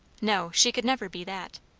no, she could never be that.